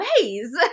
ways